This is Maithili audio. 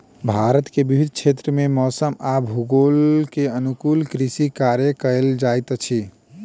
भारत के विभिन्न क्षेत्र में मौसम आ भूगोल के अनुकूल कृषि कार्य कयल जाइत अछि